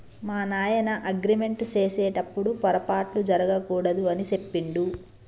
మా నాయన అగ్రిమెంట్ సేసెటప్పుడు పోరపాట్లు జరగకూడదు అని సెప్పిండు